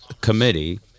Committee